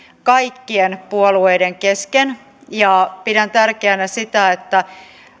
kaikkien puolueiden kesken ja pidän tärkeänä sitä että